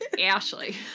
Ashley